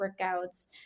workouts